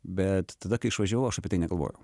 bet tada kai išvažiavau aš apie tai negalvojau